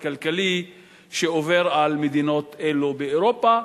הכלכלי שעובר על מדינות אלה באירופה.